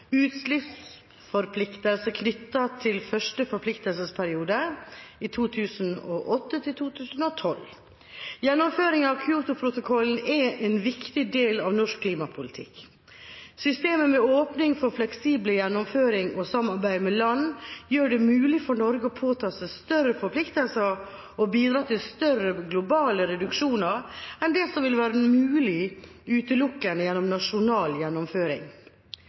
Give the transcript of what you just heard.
utslippsforpliktelse knyttet til første forpliktelsesperiode, 2008–2012. Gjennomføringen av Kyotoprotokollen er en viktig del av norsk klimapolitikk. Systemet med åpning for fleksibel gjennomføring og samarbeid med land gjør det mulig for Norge å påta seg større forpliktelser og bidra til større globale reduksjoner enn det som ville være mulig utelukkende gjennom nasjonal gjennomføring.